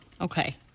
Okay